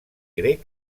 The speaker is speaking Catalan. grec